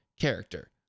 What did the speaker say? character